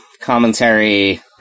Commentary